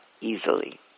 easily